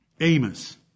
Amos